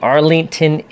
Arlington